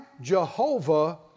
Jehovah